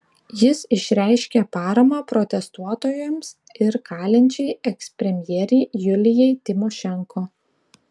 jis išreiškė paramą protestuotojams ir kalinčiai ekspremjerei julijai tymošenko